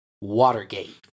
Watergate